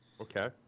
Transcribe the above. Okay